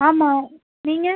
ஆமாம் நீங்கள்